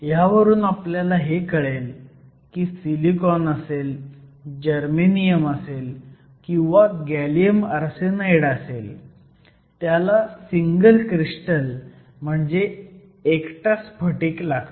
ह्यावरून आपल्याला हे कळेल की सिलिकॉन असेल जर्मेनियम असेल किंवा गॅलियम आर्सेनाईड असेल त्याला सिंगल क्रिस्टल म्हणजे एकटा स्फटिक लागतो